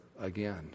again